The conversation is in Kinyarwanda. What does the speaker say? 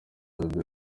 bebe